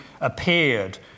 appeared